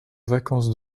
vacances